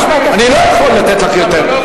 אני לא יכול לתת לך יותר.